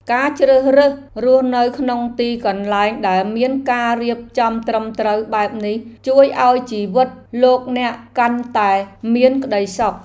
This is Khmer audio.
ការជ្រើសរើសរស់នៅក្នុងទីកន្លែងដែលមានការរៀបចំត្រឹមត្រូវបែបនេះជួយឱ្យជីវិតលោកអ្នកកាន់តែមានក្តីសុខ។